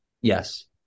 yes